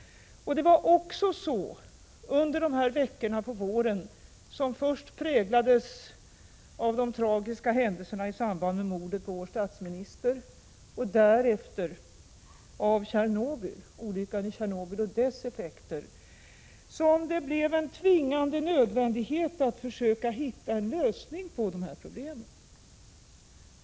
Det var också under dessa vårveckor — som präglades av först det tragiska mordet på vår statsminister och därefter av olyckan i Tjernobyl och dess effekter — som det blev en tvingande nödvändighet att försöka hitta en lösning på dessa problem.